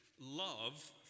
love